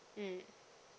mmhmm